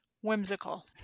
Whimsical